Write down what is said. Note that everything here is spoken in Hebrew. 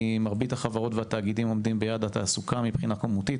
מרבית החברות והתאגידים עומדים ביעד התעסוקתי מבחינה כמותית,